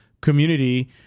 community